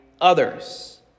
others